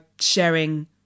sharing